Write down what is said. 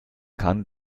kann